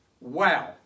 Wow